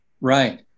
Right